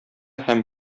һәм